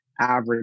average